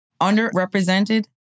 underrepresented